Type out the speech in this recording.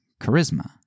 charisma